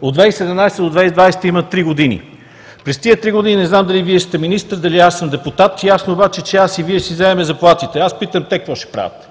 От 2017 г. до 2020 г. има три години. През тези три години не знам дали Вие ще сте министър, дали аз ще съм депутат, ясно е обаче, че аз и Вие ще си вземем заплатите. Аз питам: те какво ще правят?